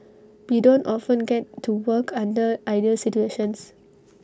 we don't often get to work under ideal situations